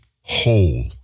whole